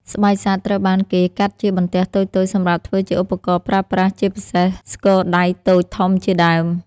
ស្បែកសត្វត្រូវបានគេកាត់ជាបន្ទះតូចៗសម្រាប់ធ្វើជាឧបករណ៍ប្រើប្រាស់ ជាពិសេស ស្គរដៃតូចធំជាដើម។